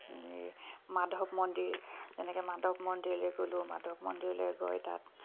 এই মাধৱ মন্দিৰ যেনেকৈ মাধৱ মন্দিৰলৈ গ'লোঁ মাধৱ মন্দিৰলৈ গৈ তাত